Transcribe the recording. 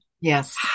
yes